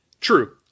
True